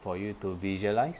for you to visualise